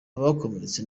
abakomeretse